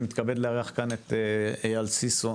מתכבד לארח כאן את אייל סיסו,